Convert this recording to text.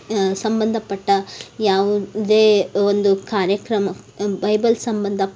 ಸಂಬಂಧಪಟ್ಟ ಯಾವುದೇ ಒಂದು ಕಾರ್ಯಕ್ರಮ ಬೈಬಲ್ ಸಂಬಂಧ